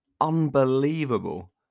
unbelievable